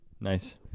Nice